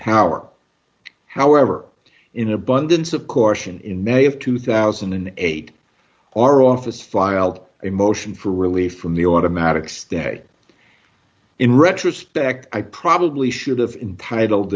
power however in abundance of caution in may of two thousand and eight our office filed a motion for relief from the automatic stay in retrospect i probably should have entitle